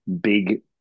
big